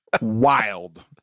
Wild